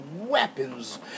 weapons